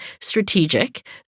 strategic